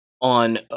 on